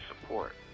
support